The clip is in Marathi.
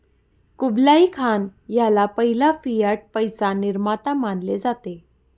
कुबलाई खान ह्याला पहिला फियाट पैसा निर्माता मानले जाते